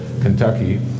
Kentucky